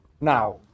Now